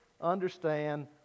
understand